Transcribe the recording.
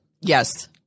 Yes